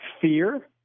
fear